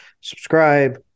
subscribe